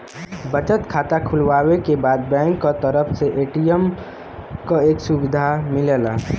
बचत खाता खुलवावे के बाद बैंक क तरफ से ए.टी.एम क सुविधा मिलला